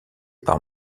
par